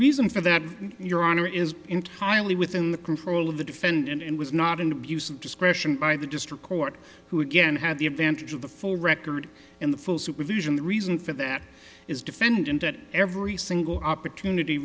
reason for that your honor is entirely within the control of the defendant and was not an abuse of discretion by the district court who again had the advantage of the full record in the full supervision the reason for that is defendant at every single opportunity